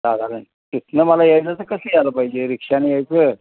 जागा नाही तिथून मला यायचं तर कसं आलं पाहिजे रिक्षाने यायचं